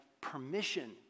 permission